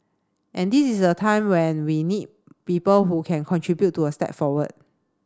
and this is a time when we need people who can contribute to a step forward